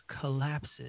collapses